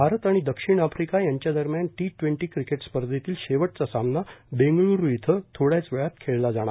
भारत आणि दक्षिण आफ्रिका यांच्या दरम्यानच्या टी ट्वेंटी क्रिकेट स्पर्धेतील शेवटचा सामना बेंगळ्रू इथं थोडयाच वेळात खेळला जाणार